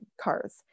cars